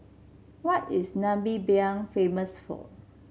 what is Namibia famous for